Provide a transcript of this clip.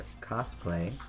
cosplay